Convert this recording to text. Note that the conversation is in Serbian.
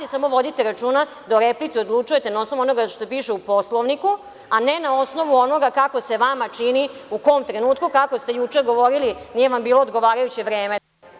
Samo vodite računa da o replici odlučujete na osnovu onoga što piše u Poslovniku, a ne na osnovu onoga kako se vama čini, u kom trenutku, kako ste juče govorili, nije vam bilo odgovarajuće vreme.